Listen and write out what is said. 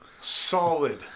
Solid